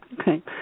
Okay